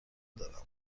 دارم